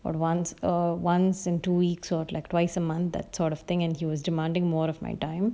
for once uh once in two weeks or like twice a month that sort of thing and he was demanding more of my time